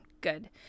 Good